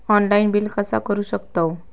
Online bill कसा करु शकतव?